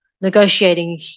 negotiating